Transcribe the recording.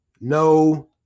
no